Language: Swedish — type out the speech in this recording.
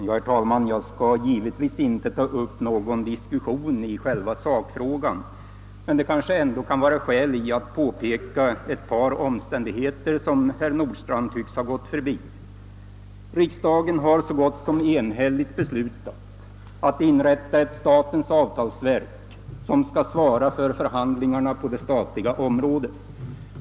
Herr talman! Jag skall givetvis inte ta upp någon diskussion i själva sakfrågan, men det kan väl ändå vara skäl att peka på ett par omständigheter som tycks ha förbigått herr Nordstrandh. Riksdagen har så gott som enhälligt beslutat att inrätta ett statens avtalsverk, som skall svara för förhandlingarna på det statliga området.